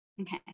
Okay